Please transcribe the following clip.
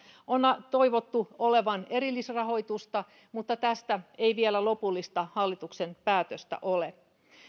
on on toivottu olevan erillisrahoitusta mutta tästä ei vielä lopullista hallituksen päätöstä ole